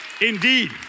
indeed